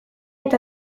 eta